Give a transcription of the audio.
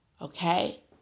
okay